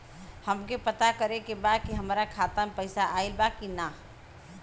हमके पता करे के बा कि हमरे खाता में पैसा ऑइल बा कि ना?